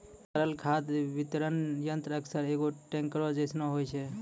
तरल खाद वितरक यंत्र अक्सर एगो टेंकरो जैसनो होय छै